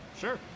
sure